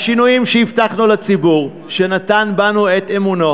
השינויים שהבטחנו לציבור שנתן בנו את אמונו